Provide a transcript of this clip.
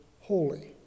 holy